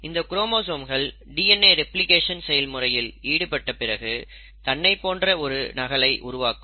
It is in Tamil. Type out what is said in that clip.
இந்த குரோமோசோம்கள் டிஎன்ஏ ரெப்ளிகேஷன் செயல்முறையில் ஈடுபட்ட பிறகு தன்னைப் போன்ற ஒரு நகலை உருவாக்கும்